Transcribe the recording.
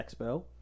expo